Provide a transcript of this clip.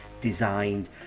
designed